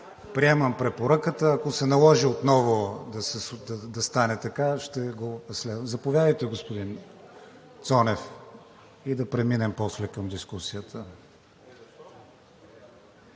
Приемам препоръката. Ако се наложи отново да стане така, ще го следвам. Заповядайте, господин Цонев и да преминем после към дискусията.